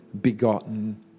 begotten